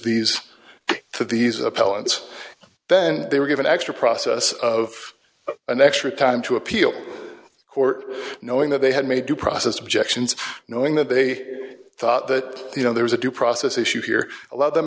these to these appellant then they were given extra process of an extra time to appeal court knowing that they had made due process objections knowing that they thought that you know there was a due process issue here allow them